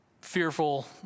fearful